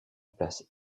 place